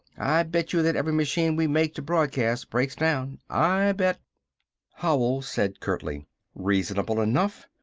i bet you that every machine we make to broadcast breaks down! i bet howell said curtly reasonable enough!